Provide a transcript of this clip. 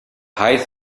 height